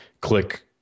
click